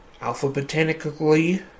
alphabetically